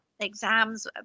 exams